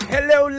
Hello